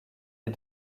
est